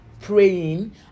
praying